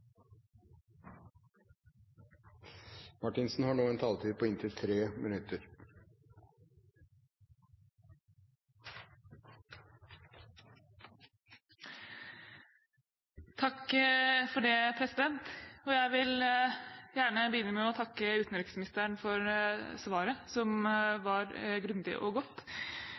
Jeg vil gjerne begynne med å takke utenriksministeren for svaret, som var grundig og godt.